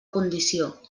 condició